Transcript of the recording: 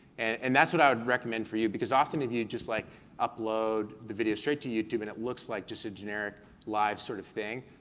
and that's what i would recommend for you, because often if you just like upload the video straight to youtube and it looks like just a generic live sort of thing,